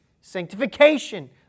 sanctification